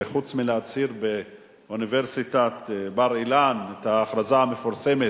שחוץ מלהצהיר באוניברסיטת בר-אילן את ההכרזה המפורסמת: